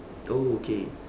oh okay